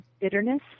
bitterness